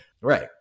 Right